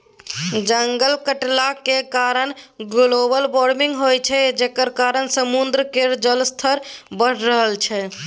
जंगल कटलाक कारणेँ ग्लोबल बार्मिंग होइ छै जकर कारणेँ समुद्र केर जलस्तर बढ़ि रहल छै